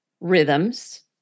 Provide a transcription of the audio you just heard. rhythms